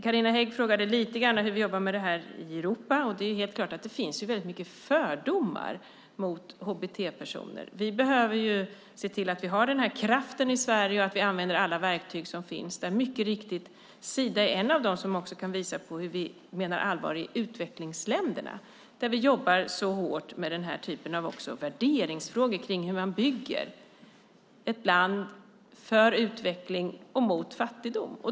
Carina Hägg frågade lite grann hur vi jobbar med detta i Europa. Det är helt klart att det finns mycket fördomar mot hbt-personer. Vi behöver se till att vi har kraften i Sverige och att vi använder alla verktyg som finns. Mycket riktigt är Sida en av dem som kan visa att vi menar allvar i utvecklingsländerna, där vi jobbar så hårt med den typen av värderingsfrågor, det vill säga hur man bygger ett land för utveckling och mot fattigdom.